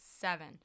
seven